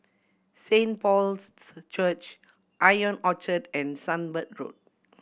Saint Paul's Church Ion Orchard and Sunbird Road